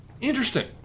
Interesting